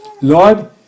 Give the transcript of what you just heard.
lord